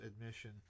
admission